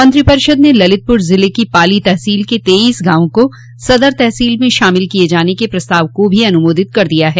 मंत्रिपरिषद ने ललितपुर जिले की पाली तहसील के तेईस गांवों को सदर तहसील में शामिल किये जाने के प्रस्ताव को भी अनुमोदित कर दिया है